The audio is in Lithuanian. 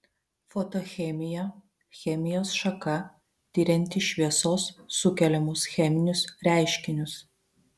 fotochemija chemijos šaka tirianti šviesos sukeliamus cheminius reiškinius